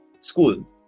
school